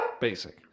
Basic